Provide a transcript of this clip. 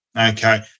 Okay